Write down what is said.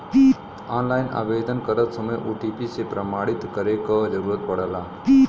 online आवेदन करत समय ओ.टी.पी से प्रमाणित करे क जरुरत पड़ला